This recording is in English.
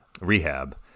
rehab